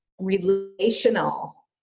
relational